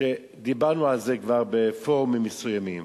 דיברנו על זה כבר בפורומים מסוימים.